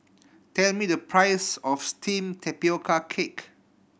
tell me the price of steamed tapioca cake